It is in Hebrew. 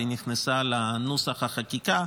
והיא נכנסה לנוסח החקיקה.